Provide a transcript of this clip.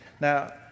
Now